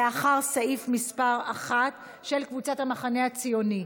אחרי סעיף 1, של קבוצת המחנה הציוני.